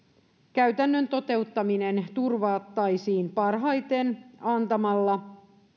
käytännön toteuttaminen turvattaisiin parhaiten antamalla